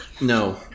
No